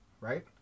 right